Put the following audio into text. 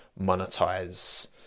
monetize